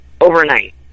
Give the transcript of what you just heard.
overnight